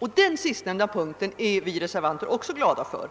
Vi reservanter är glada för den sistnämnda punkten, eftersom